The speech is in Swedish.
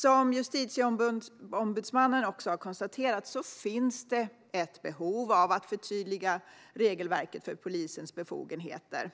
Som Justitieombudsmannen också har konstaterat finns ett behov av att förtydliga regelverket för polisens befogenheter.